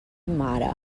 mare